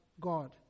God